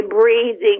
breathing